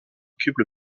occupent